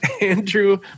Andrew